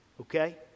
okay